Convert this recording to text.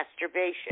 Masturbation